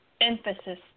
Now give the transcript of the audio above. emphasis